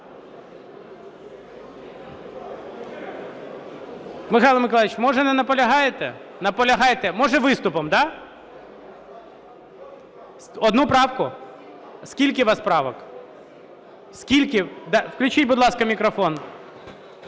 Михайло Миколайович, може, не наполягаєте? Наполягаєте. Може, виступом, да? Одну правку? Скільки у вас правок? Включіть, будь ласка, мікрофон.